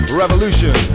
revolution